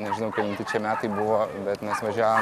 nežinau kelinti metai buvo bet mes važiavom